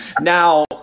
Now